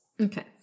Okay